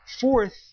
fourth